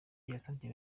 yasabye